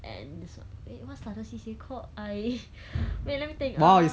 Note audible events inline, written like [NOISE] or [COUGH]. and this one wait what's the other C_C_A called I [LAUGHS] wait let me think uh